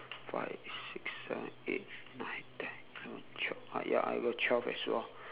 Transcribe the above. five six seven eight nine ten eleven twelve ah ya I got twelve as well